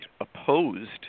opposed